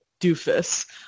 doofus